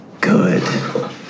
Good